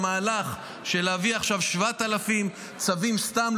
המהלך של להביא עכשיו 7,000 צווים סתם,